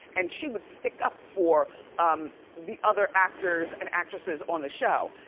and she would stick up for um the other actors and actresses on the show.